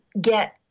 get